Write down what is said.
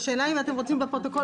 השאלה אם אתם רוצים בפרוטוקול,